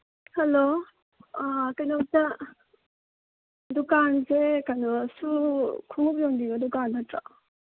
hello ꯀꯩꯅꯣꯝꯇ ꯗꯨꯀꯥꯟꯁꯦ ꯀꯩꯅꯣ ꯁꯨ ꯈꯣꯡꯎꯞ ꯌꯣꯟꯕꯤꯕ ꯗꯨꯀꯥꯟ ꯅꯠꯇ꯭ꯔꯣ